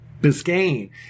Biscayne